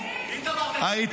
איתמר, תגיד מי.